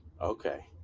Okay